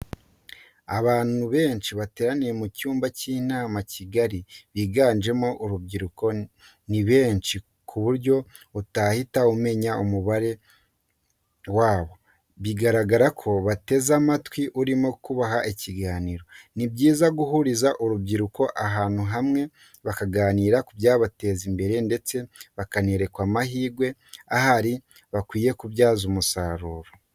Abantu benshi bateraniye mu cyumba cy'inama kigari biganjemo urubyiruko, ni benshi ku buryo utahita umenya umubare wabo bigaragra ko bateze amatwi urimo kubaha ikiganiro. Ni byiza guhuriza urubyiruko ahantu hamwe bakaganira ku byabateza imbere ndetse bakerekwa amahirwe ahari bakwiye kubyaza umusaruro.